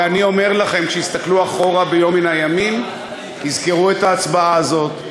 ואני אומר לכם שיסתכלו אחורה ביום מן הימים ויזכרו את ההצבעה הזאת,